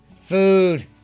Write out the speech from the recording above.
Food